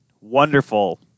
wonderful